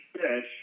fish